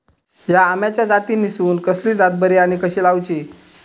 हया आम्याच्या जातीनिसून कसली जात बरी आनी कशी लाऊची?